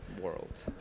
world